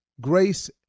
grace